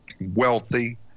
wealthy